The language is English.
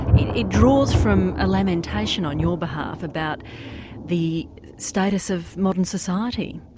it it draws from a lamentation on your behalf about the status of modern society.